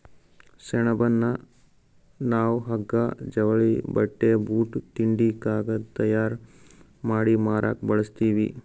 ಸೆಣಬನ್ನ ನಾವ್ ಹಗ್ಗಾ ಜವಳಿ ಬಟ್ಟಿ ಬೂಟ್ ತಿಂಡಿ ಕಾಗದ್ ತಯಾರ್ ಮಾಡಿ ಮಾರಕ್ ಬಳಸ್ತೀವಿ